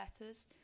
letters